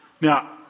Now